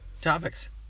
Topics